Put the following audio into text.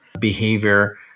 behavior